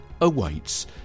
awaits